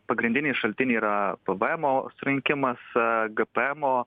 pagrindiniai šaltiniai yra pėvėemo surinkimas gėpėemo